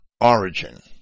origin